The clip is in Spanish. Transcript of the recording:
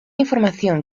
información